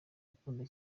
akunda